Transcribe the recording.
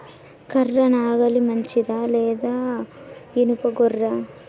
కర్ర నాగలి మంచిదా లేదా? ఇనుప గొర్ర?